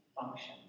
function